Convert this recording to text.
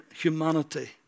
humanity